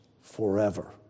forever